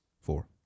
four